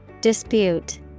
Dispute